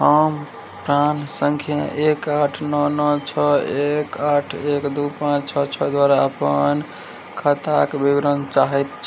हम प्रान सँख्या एक आठ नओ नओ छओ एक आठ एक दुइ पाँच छओ छओ दुआरा अपन खाताके विवरण चाहै छी